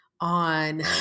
on